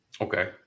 okay